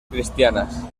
cristianas